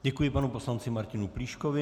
Děkuji panu poslanci Martinu Plíškovi.